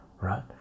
right